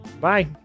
Bye